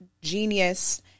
genius